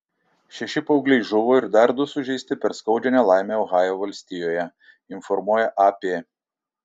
šeši paaugliai žuvo ir dar du sužeisti per skaudžią nelaimę ohajo valstijoje informuoja ap